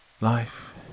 Life